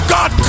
God